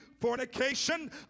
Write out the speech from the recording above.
fornication